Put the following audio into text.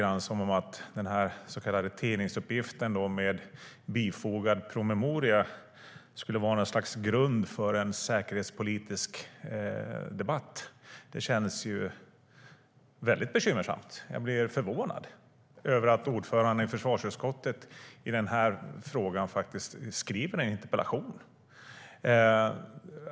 Att den så kallade tidningsuppgiften med bifogad promemoria skulle vara någon sorts grund för en säkerhetspolitisk debatt känns väldigt bekymmersamt. Jag blir förvånad över att ordföranden i försvarsutskottet skriver en interpellation i den här frågan.